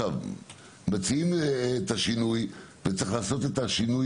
מציעים את השינוי וצריך לעשות את השינוי